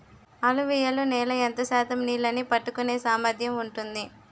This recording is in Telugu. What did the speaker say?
అలువియలు నేల ఎంత శాతం నీళ్ళని పట్టుకొనే సామర్థ్యం ఉంటుంది?